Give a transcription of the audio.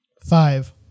Five